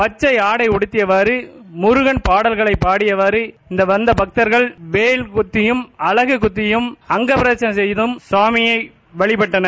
பச்சை ஆடை உடுத்தியவாறு முருகன் பாடல்களை பாடியலாறு இங்கு வந்த பக்கர்கள் வேல் குத்தியும் அலகு குத்தியும் அங்கபிரதட்சணம் செய்தம் சுவாமியை வழிபட்டனர்